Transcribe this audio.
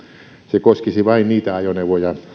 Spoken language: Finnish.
se koskisi vain niitä ajoneuvoja